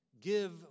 give